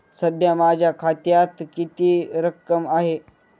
सध्या माझ्या खात्यात किती रक्कम आहे?